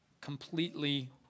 completely